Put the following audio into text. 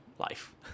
life